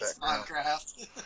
Minecraft